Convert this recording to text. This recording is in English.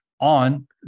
on